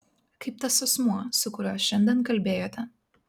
kaip tas asmuo su kuriuo šiandien kalbėjote